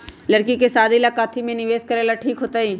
लड़की के शादी ला काथी में निवेस करेला ठीक होतई?